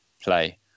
play